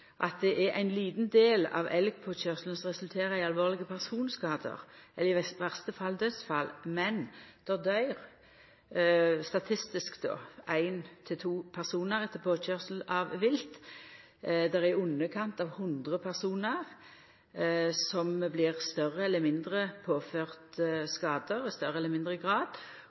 at det er ein liten del av elgpåkøyrslane som resulterer i alvorlege personskadar, i verste fall dødsfall. Men det døyr statistisk éin til to personar etter påkøyrsel av vilt, det er i underkant av 100 personar som blir påførte skadar i større eller mindre